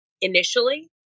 initially